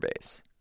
base